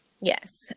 Yes